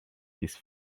his